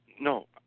no